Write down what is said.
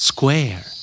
Square